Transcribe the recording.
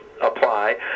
apply